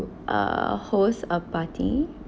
uh host a party